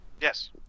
Yes